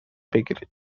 بگیرید